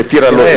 בטירה יש.